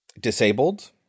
disabled